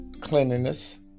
cleanliness